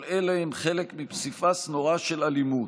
כל אלה הם חלק מפסיפס נורא של אלימות.